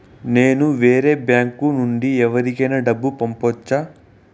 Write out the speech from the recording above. నేను వేరే బ్యాంకు నుండి ఎవరికైనా డబ్బు పంపొచ్చా?